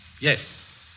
Yes